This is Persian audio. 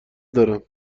دارم